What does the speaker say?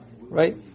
right